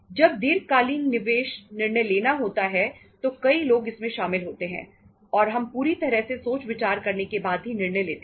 जब दीर्घकालीन निवेश निर्णय लेना होता है तो कई लोग इसमें शामिल होते हैं और हम पूरी तरह से सोच विचार करने के बाद ही निर्णय लेते हैं